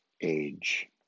age